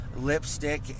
lipstick